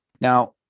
now